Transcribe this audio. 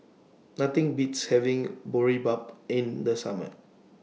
Nothing Beats having Boribap in The Summer